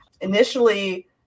initially